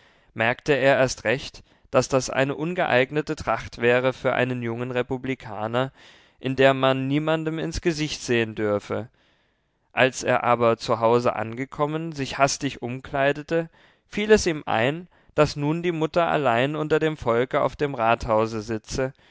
merkte er erst recht daß das eine ungeeignete tracht wäre für einen jungen republikaner in der man niemandem ins gesicht sehen dürfe als er aber zu hause angekommen sich hastig umkleidete fiel es ihm ein daß nun die mutter allein unter dem volke auf dem rathause sitze